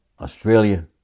Australia